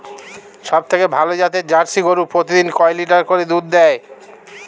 সবথেকে ভালো জাতের জার্সি গরু প্রতিদিন কয় লিটার করে দুধ দেয়?